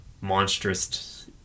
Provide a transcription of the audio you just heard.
monstrous